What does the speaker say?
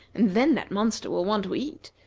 and then that monster will want to eat.